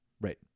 right